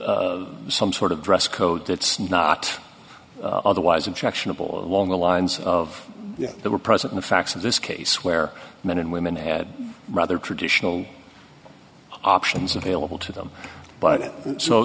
or some sort of dress code that's not otherwise objectionable or along the lines of yes there were present the facts of this case where men and women had rather traditional options available to them but